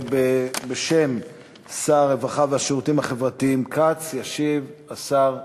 בשם שר הרווחה והשירותים החברתיים כץ ישיב השר גלנט,